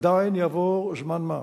עדיין יעבור זמן מה.